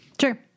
sure